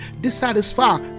dissatisfied